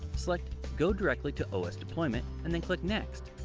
select go directly to os deployment, and then click next.